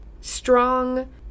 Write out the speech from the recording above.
strong